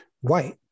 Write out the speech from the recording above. white